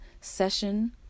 session